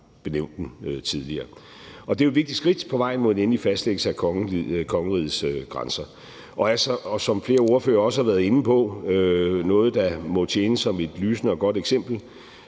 benævnt den tidligere. Det er et vigtigt skridt på vejen mod en endelig fastlæggelse af kongerigets grænser, og som flere ordførere også har været inde på, er det noget, der må tjene som et lysende og godt eksempel